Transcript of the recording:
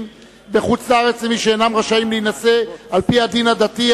בחוץ-לארץ למי שאינם רשאים להינשא על-פי הדין הדתי,